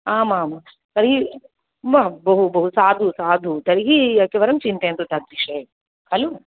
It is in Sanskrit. आमां तर्हि न बहु बहु साधु साधु तर्हि एकवारं चिन्तयन्तु तद्विषये खलु